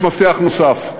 יש מפתח נוסף,